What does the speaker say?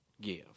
give